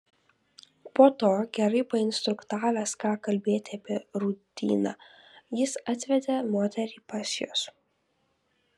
po to gerai painstruktavęs ką kalbėti apie rūdyną jis atvedė moterį pas jus